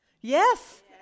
Yes